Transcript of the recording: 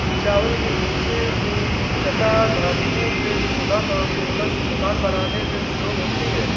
चावल की भूसी मुख्यता धातुओं के शोधन और सोलर सिलिकॉन बनाने में प्रयोग होती है